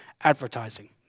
advertising